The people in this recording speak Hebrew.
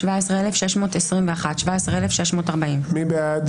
17,261 עד 17,280. מי בעד?